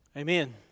Amen